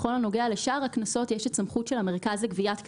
בכל הנוגע לשאר הקנסות יש את סמכות המרכז לגביית קנסות,